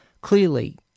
clearly